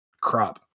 crop